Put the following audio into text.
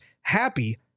happy